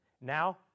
Now